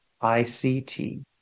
ICT